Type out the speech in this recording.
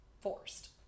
forced